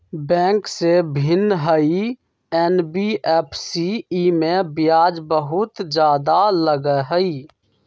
Bank से भिन्न हई एन.बी.एफ.सी इमे ब्याज बहुत ज्यादा लगहई?